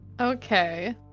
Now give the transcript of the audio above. Okay